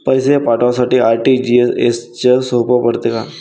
पैसे पाठवासाठी आर.टी.जी.एसचं सोप पडते का?